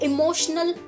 Emotional